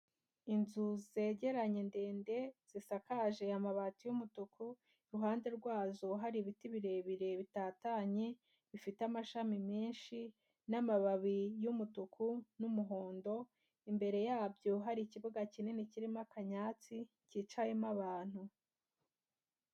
Inzu zegeranye ndende, zisakaje amabati y'umutuku, iruhande rwazo hari ibiti birebire bitatanye, bifite amashami menshi n'amababi y'umutuku, n'umuhondo, imbere yabyo hari ikibuga kinini kirimo akanyatsi, cyicayemo abantu.